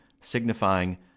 signifying